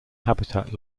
habitat